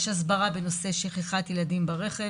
יש הסברה בנושא שכחת ילדים ברכב.